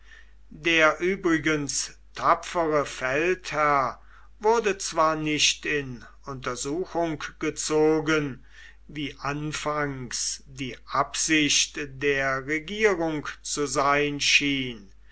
der übrigens tapfere feldherr wurde zwar nicht in untersuchung gezogen wie anfangs die absicht der regierung zu sein schien